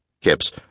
Kip's